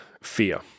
fear